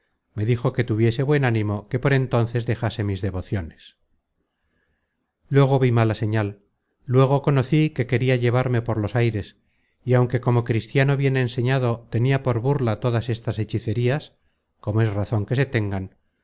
me dijo que tuviese buen ánimo que por entonces dejase mis devociones luego vi mala señal luego conocí que queria llevarme por los aires y aunque como cristiano bien enseñado tenia por burla todas estas hechicerías como es razon que se tengan todavía el peligro de la